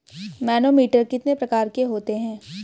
Manometer कितने प्रकार के होते हैं?